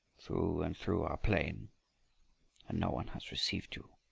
through and through our plain and no one has received you,